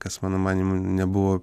kas mano manymu nebuvo